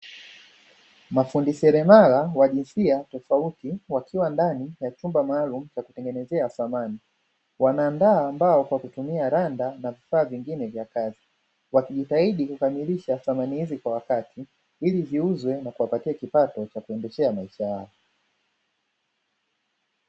Mafundi seremala wa jinsia tofauti, wakiwa ndani ya chumba maalumu cha kutengenezea samani, wanaandaa mbao kwa kutumia randa na vifaa vingine vya kazi, wakijitahidi kukamilisha samani hizi kwa wakati, ili ziuzwe na kuwapatia kipato cha kuendeshea maisha yao.